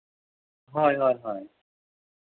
ᱦᱳᱭ ᱦᱳᱭ